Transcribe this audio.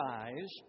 eyes